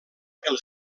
els